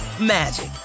magic